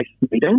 meeting